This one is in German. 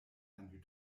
ein